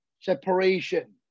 separation